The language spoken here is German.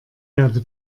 erde